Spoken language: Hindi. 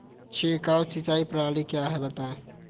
छिड़काव सिंचाई प्रणाली क्या है बताएँ?